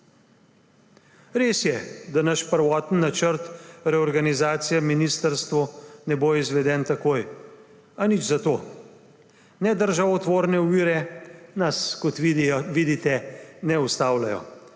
Res je, da naš prvotni načrt reorganizacije ministrstev ne bo izveden takoj, a nič zato. Nedržavotvorne ovire nas, kot vidite, ne ustavljajo.